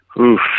Oof